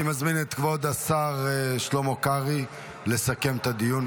אני מזמין את כבוד השר שלמה קרעי לסכם את הדיון,